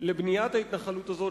לבניית ההתנחלות הזאת,